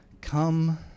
come